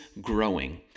growing